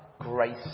grace